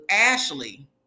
Ashley